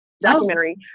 documentary